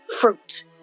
fruit